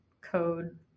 code